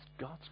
God's